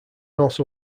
also